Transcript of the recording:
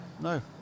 No